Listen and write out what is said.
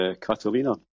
Catalina